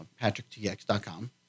patricktx.com